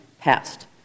passed